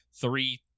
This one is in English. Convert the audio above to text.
three